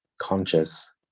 conscious